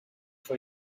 for